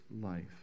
life